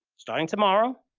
starting tomorrow,